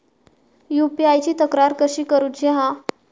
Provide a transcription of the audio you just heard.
UPI ची तक्रार कशी करुची हा?